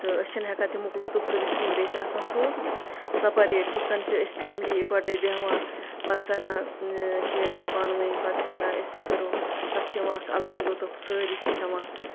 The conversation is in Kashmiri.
تہٕ أسۍ چھِنہٕ ہٮ۪کان تَمیُک لُطُف تُلِتھ کِہیٖنۍ بیٚیہِ چھِ آسان سُہ سَپَریٹ ہُتھ کَنۍ چھِ أسۍ فیملی اِکوَٹَے بیٚہوان پَتہٕ کَران شیر پانہٕ ؤنۍ پَتہٕ چھِ کَران أسۍ سُہ سٔرٕو تَتھ چھِ یِوان اَکھ اَگٕے لُطُف سٲری چھِ کھٮ۪وان